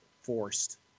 forced